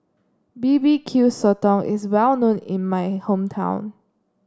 B B Q Sotong is well known in my hometown